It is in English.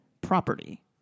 property